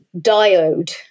Diode